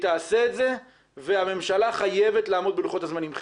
תעשה את זה והממשלה חייבת לעמוד בלוחות הזמנים.